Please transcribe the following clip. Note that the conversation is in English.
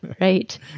Right